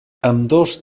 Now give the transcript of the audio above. ambdós